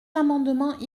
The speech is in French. amendements